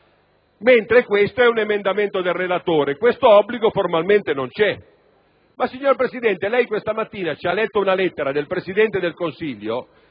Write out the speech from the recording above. nostro esame è un emendamento del relatore e questo obbligo formalmente non c'è, tuttavia, signor Presidente, lei questa mattina ci ha letto una lettera del Presidente del Consiglio,